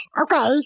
Okay